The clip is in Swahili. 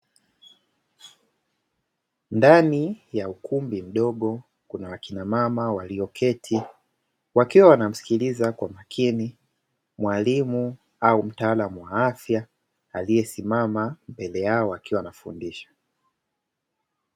Ndani ya ukumbi mdogo kuna wakina mama wameketi wakiwa wanamsikiliza Kwa makini mwalimu au mtaalamu wa afya, aliyesimama mbele yao akiwa anafundisha.